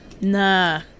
nah